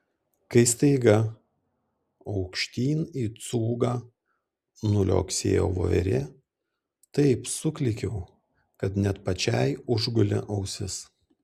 kai staiga aukštyn į cūgą nuliuoksėjo voverė taip suklykiau kad net pačiai užgulė ausis